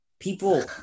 People